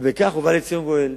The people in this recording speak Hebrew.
ובכך בא לציון גואל.